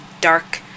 dark